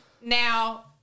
now